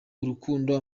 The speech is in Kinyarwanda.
urukundo